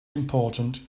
important